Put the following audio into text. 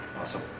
Awesome